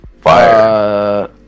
Fire